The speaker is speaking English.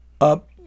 up